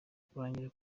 kurangira